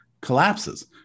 collapses